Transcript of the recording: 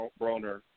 Broner